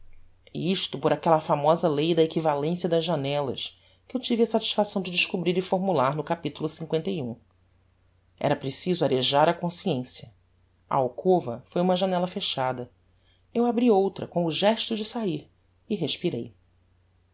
isto por aquella famosa lei da equivalencia das janellas que eu tive a satisfação de descobrir e formular no cap li era preciso arejar a consciencia a alcova foi uma janella fechada eu abri outra com o gesto de sair e respirei